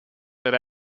that